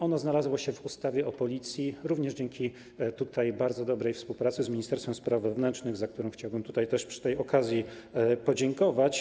Ono znalazło się w ustawie o Policji również dzięki bardzo dobrej współpracy z ministerstwem spraw wewnętrznych, za którą chciałbym też przy tej okazji podziękować.